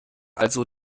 also